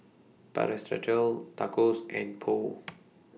Tacos and Pho